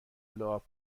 لعاب